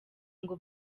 ngo